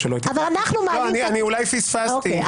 אני אולי פספסתי,